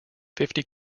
fifty